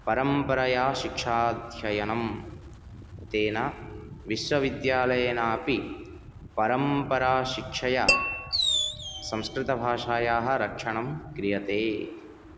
परम्परया शिक्षाध्ययनं तेन विश्वविद्यालयेनापि परम्परा शिक्षया संस्कृत भाषायाः रक्षणं क्रियते